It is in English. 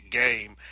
game